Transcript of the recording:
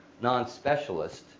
non-specialist